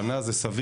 שנה זה סביר,